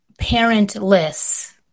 parentless